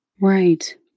Right